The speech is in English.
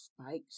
spikes